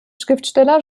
schriftsteller